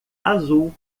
azul